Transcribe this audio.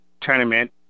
tournament